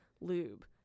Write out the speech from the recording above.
lube